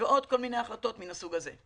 ועוד כל מיני החלטות מן הסוג הזה.